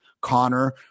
Connor